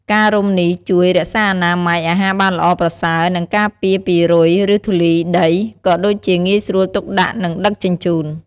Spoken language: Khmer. ការរុំនេះជួយ រក្សាអនាម័យ អាហារបានល្អប្រសើរ និងការពារពីរុយ ឬធូលីដី ក៏ដូចជាងាយស្រួលទុកដាក់ និងដឹកជញ្ជូន។